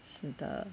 是的